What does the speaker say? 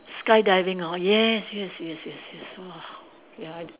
skydiving hor yes yes yes yes !wow! ya